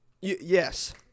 Yes